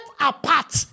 apart